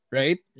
right